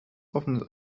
offen